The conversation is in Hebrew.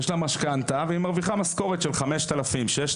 יש לה משכנתה והיא מרוויחה משכורת של 5,000 שקל,